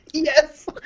Yes